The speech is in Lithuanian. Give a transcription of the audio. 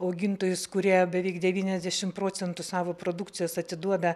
augintojus kurie beveik devyniasdešimt procentų savo produkcijos atiduoda